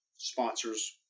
sponsors